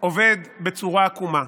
עובד בצורה עקומה.